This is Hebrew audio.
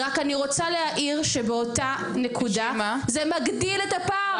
אני רק רוצה להעיר שבאותה נקודה זה מגדיל את הפער.